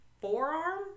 forearm